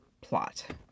plot